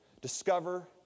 Discover